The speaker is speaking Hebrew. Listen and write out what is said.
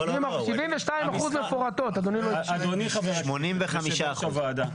אדוני יו"ר הוועדה,